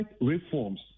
reforms